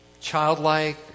childlike